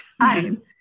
time